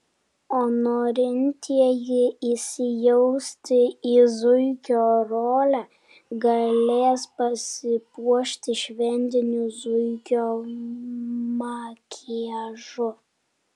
o norintieji įsijausti į zuikio rolę galės pasipuošti šventiniu zuikio makiažu